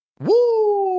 Woo